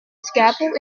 scalpel